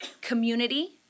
community